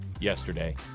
yesterday